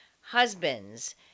husbands